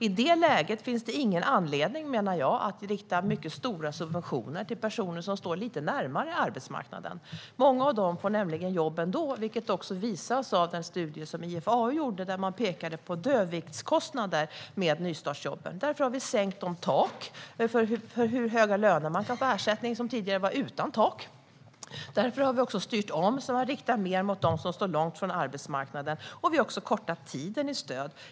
I det läget finns det, menar jag, ingen anledning att rikta stora subventioner till personer som står lite närmare arbetsmarknaden. Många av dem får nämligen jobb ändå, vilket också visas av den studie som IFAU gjorde, där man pekade på dödviktskostnader med nystartsjobben. Därför har vi sänkt taken för hur höga löner man kan få ersättning för; tidigare fanns inga tak. Vi har också styrt om för att rikta mer mot dem som står långt ifrån arbetsmarknaden, och vi har kortat tiden i stöd.